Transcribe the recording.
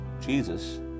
Jesus